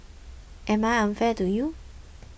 am I unfair to you